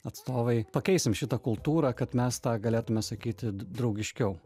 atstovai pakeisim šitą kultūrą kad mes tą galėtume sakyti draugiškiau